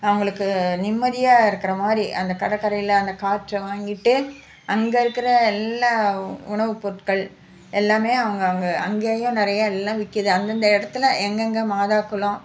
அவங்களுக்கு நிம்மதியாக இருக்கிற மாதிரி அந்த கடற்கரையில் அந்த காற்றை வாங்கிட்டு அங்கே இருக்கிற எல்லா உணவுப்பொருட்கள் எல்லாமே அவங்க அங்கே அங்கேயே நிறையா எல்லாம் விற்கிது அந்தந்த இடத்துல எங்கே எங்கே மாதா குலம்